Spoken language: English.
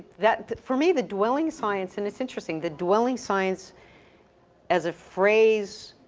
that, for me the dwelling science, and it's interesting, the dwelling science as a phrase